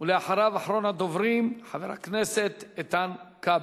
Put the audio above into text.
ואחריו, אחרון הדוברים, חבר הכנסת איתן כבל.